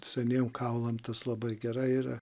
seniem kaulam tas labai gera yra